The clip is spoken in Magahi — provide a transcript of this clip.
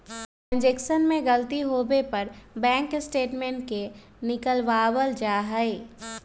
ट्रांजेक्शन में गलती होवे पर बैंक स्टेटमेंट के निकलवावल जा हई